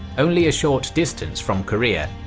only a short distance from korea,